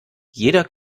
jeder